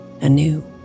anew